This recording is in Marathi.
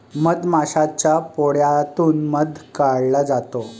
मधमाशाच्या पोळ्यातून मध काढला जातो